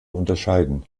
unterscheiden